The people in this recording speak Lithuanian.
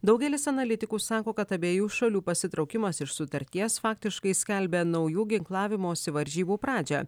daugelis analitikų sako kad abiejų šalių pasitraukimas iš sutarties faktiškai skelbia naujų ginklavimosi varžybų pradžią